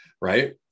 right